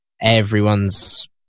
Everyone's